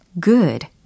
good